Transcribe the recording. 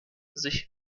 sich